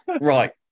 right